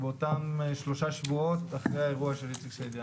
באותם שלושה שבועות אחרי האירוע של איציק סעידיאן.